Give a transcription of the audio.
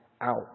out